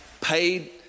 Paid